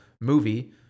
movie